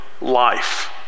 life